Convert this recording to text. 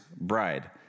bride